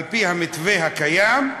על-פי המתווה הקיים,